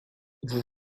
vous